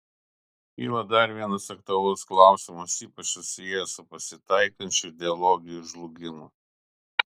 kyla dar vienas aktualus klausimas ypač susijęs su pasitaikančiu ideologijų žlugimu